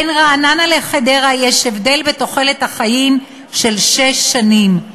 בין רעננה לחדרה יש הבדל של שש שנים בתוחלת החיים.